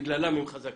בגללם חזקים,